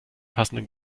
passenden